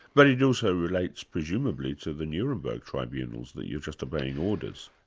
but it also relates presumably to the nuremberg tribunals that you're just obeying orders.